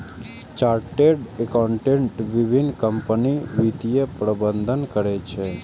chartered accountant विभिन्न कंपनीक वित्तीय प्रबंधन करै छै